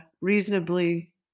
reasonably